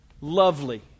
lovely